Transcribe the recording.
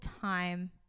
time